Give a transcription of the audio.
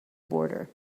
border